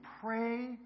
pray